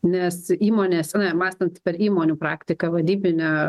nes įmonės mąstant per įmonių praktiką vadybinę